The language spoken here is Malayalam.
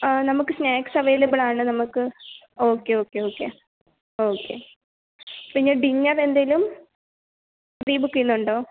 ആ നമുക്ക് സ്നാക്സ് അവൈലബിൾ ആണ് നമുക്ക് ഓക്കെ ഓക്കെ ഓക്കെ ഓക്കെ പിന്നെ ഡിന്നർ എന്തെങ്കിലും പ്രീ ബുക്ക് ചെയ്യുന്നുണ്ടോ